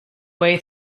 way